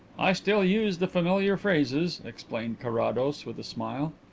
i still use the familiar phrases, explained carrados, with a smile.